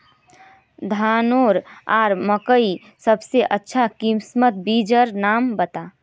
धानेर आर मकई सबसे अच्छा किस्मेर बिच्चिर नाम बता?